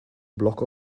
block